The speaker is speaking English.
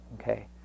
okay